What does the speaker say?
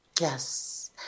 Yes